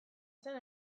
zen